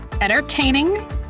entertaining